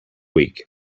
week